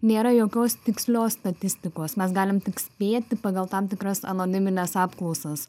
nėra jokios tikslios statistikos mes galim tik spėti pagal tam tikras anonimines apklausas